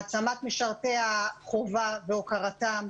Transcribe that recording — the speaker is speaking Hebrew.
העצמת משרתי החובה והוקרתם,